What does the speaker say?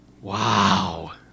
Wow